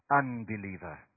unbeliever